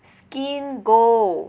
SkinGO